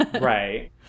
Right